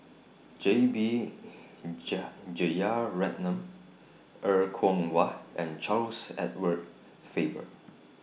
J B Jeyaretnam Er Kwong Wah and Charles Edward Faber